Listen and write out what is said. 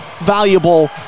Valuable